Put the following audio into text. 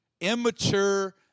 immature